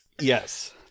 Yes